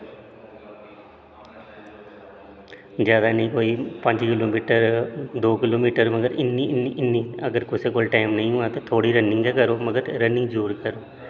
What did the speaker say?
ज्यादा नेईं कोई पंज किलो मीटर दो किलो मीटर मगर इन्नी इन्नी अगर कुसै कोल टाइम नेईं होऐ ते थोह्ड़ी रनिंग ते करो मगर रनिंग जरूर करो